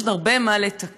יש עוד הרבה מה לתקן,